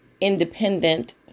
independent